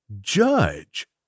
Judge